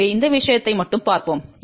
எனவே இந்த விஷயத்தை மட்டும் பார்ப்போம்